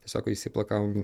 tiesiog išsiplakam